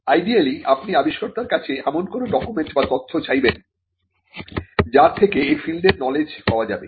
ideally আপনি আবিষ্কর্তার কাছে এমন কোন ডকুমেন্ট বা তথ্য চাইবেন যার থেকে এই ফিল্ডের নলেজ পাওয়া যাবে